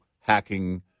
hacking